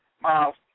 Miles